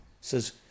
says